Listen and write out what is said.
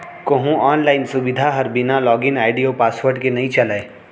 कोहूँ आनलाइन सुबिधा हर बिना लॉगिन आईडी अउ पासवर्ड के नइ चलय